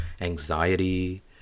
anxiety